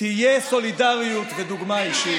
תהיה סולידריות ודוגמה אישית?